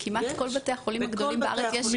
כמעט בכל בתי החולים הגדולים בארץ.